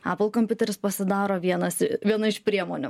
apple kompiuteris pasidaro vienas viena iš priemonių